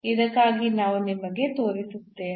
ಇದಕ್ಕಾಗಿ ನಾನು ನಿಮಗೆ ತೋರಿಸುತ್ತೇನೆ